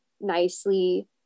nicely